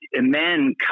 men